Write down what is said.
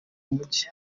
mujyi